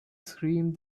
screamed